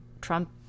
Trump